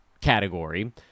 category